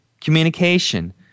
communication